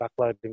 backloading